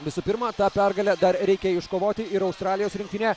visų pirma tą pergalę dar reikia iškovoti ir australijos rinktinė